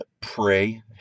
Pray